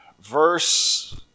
verse